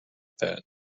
that